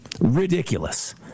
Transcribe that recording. Ridiculous